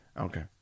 Okay